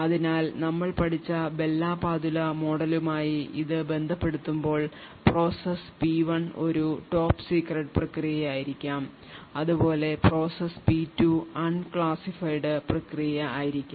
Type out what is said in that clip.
അതിനാൽ നമ്മൾ പഠിച്ച ബെൽ ലാ പാദുല മോഡലുമായി ഇത് ബന്ധപ്പെടുത്തുമ്പോൾ പ്രോസസ്സ് പി 1 ഒരു top secret പ്രക്രിയയായിരിക്കാം അതുപോലെ പ്രോസസ്സ് പി 2 unclassified പ്രക്രിയയായിരിക്കാം